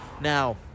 now